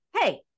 hey